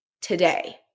today